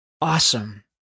awesome